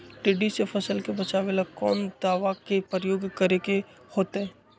टिड्डा से फसल के बचावेला कौन दावा के प्रयोग करके होतै?